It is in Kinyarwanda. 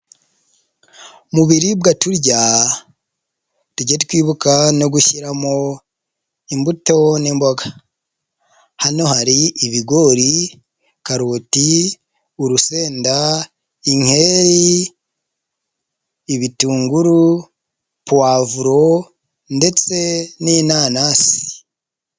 Mu biribwa turya, tuge twibuka no gushyiramo imbuto n'imboga, hano hari ibigori, karuti, urusenda, inkeri, ibitunguru, puwavuro ndetse n'inanasi.